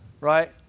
right